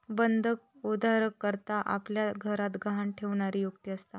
बंधक उधारकर्ता आपल्या घराक गहाण ठेवणारी व्यक्ती असता